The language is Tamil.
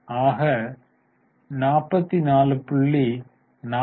எனவே 44